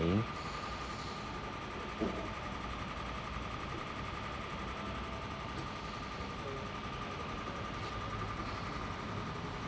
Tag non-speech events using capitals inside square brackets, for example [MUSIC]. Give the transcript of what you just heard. [BREATH]